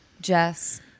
Jess